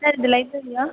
sir இது லைப்ரரியா